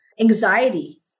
anxiety